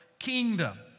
kingdom